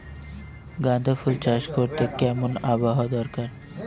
গাঁদাফুল চাষ করতে কেমন আবহাওয়া দরকার?